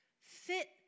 fit